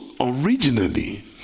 originally